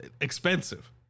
expensive